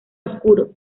oscuro